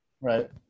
Right